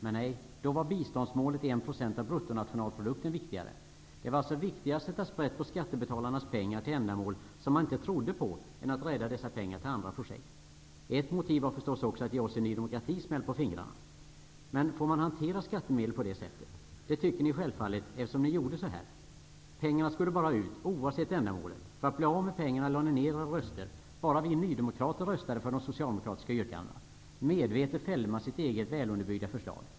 Men, nej då var biståndsmålet 1 % av bruttonationalprodukten viktigare. Det var alltså viktigare att sätta sprätt på skattebetalarnas pengar till ändamål som man inte trodde på än att rädda dessa pengar till andra projekt. Ett motiv var förstås också att ge oss i Ny demokrati smäll på fingrarna. Men får man hantera skattemedel på detta sätt? Det tycker ni självfallet, eftersom ni gjorde så här. Pengarna skulle bara ut, oavsett ändamålet. För att bli av med pengarna lade ni ned era röster. Bara vi nydemokrater röstade för de socialdemokratiska yrkandena. Medvetet fällde man sitt eget välunderbyggda förslag.